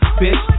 bitch